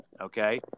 Okay